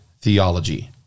theology